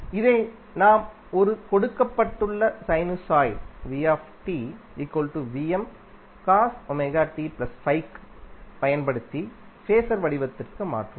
இதை நாம் ஒரு கொடுக்கப்பட்ட சைனுசாய்ட் க்குப் பயன்படுத்தி ஃபேஸர் வடிவத்திற்கு மாற்றுவோம்